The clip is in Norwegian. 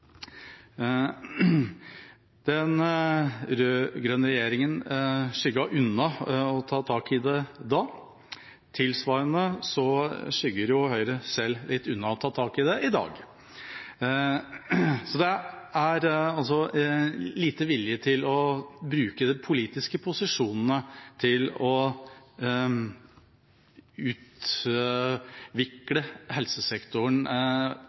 Den rød-grønne regjeringa skygget unna å ta tak i det da. Tilsvarende skygger Høyre selv litt unna å ta tak i det i dag. Det er altså liten vilje til å bruke de politiske posisjonene for å utvikle helsesektoren